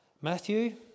Matthew